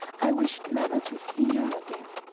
i wished never to see her again